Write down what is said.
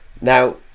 Now